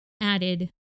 added